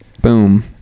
Boom